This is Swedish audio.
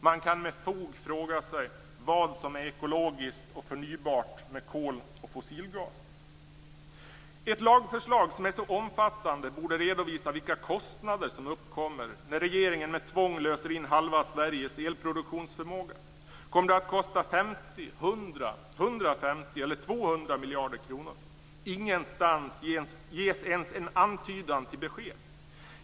Man kan med fog fråga sig vad som är ekologiskt och förnybart med kol och fossilgas. Ett lagförslag som är så omfattande borde redovisa vilka kostnader som uppkommer när regeringen med tvång löser in halva Sveriges elproduktionsförmåga. Kommer det att kosta 50, 100, 150 eller 200 miljarder kronor? Ingenstans ges ens en antydan till besked.